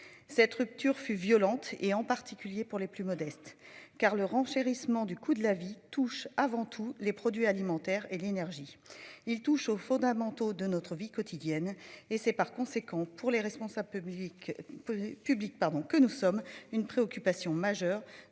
Cette rupture fut violente et en particulier pour les plus modestes car le renchérissement du coût de la vie touche avant tout les produits alimentaires et l'énergie. Ils touchent aux fondamentaux de notre vie quotidienne et c'est par conséquent pour les responsables publics. Public pardon que nous sommes une préoccupation majeure.